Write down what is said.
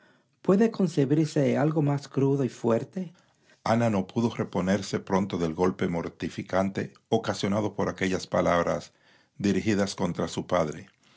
puede concebirse algo más crudo y fuerte ana no pudo reponerse pronto del golpe mortificante ocasionado por aquellas palabras dirigidas contra su padre